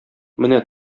менә